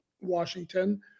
Washington